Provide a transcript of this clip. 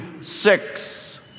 six